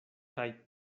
kaj